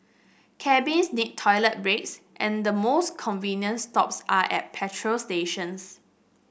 cabbies need toilet breaks and the most convenient stops are at petrol stations